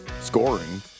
scoring